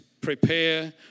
prepare